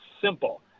simple